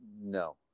no